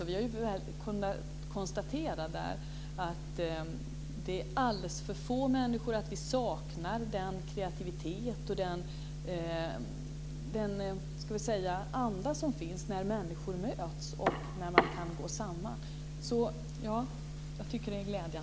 Där har vi kunnat konstatera att vi saknar den kreativitet och anda som blir när människor möts och när man kan gå samman.